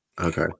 okay